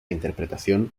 interpretación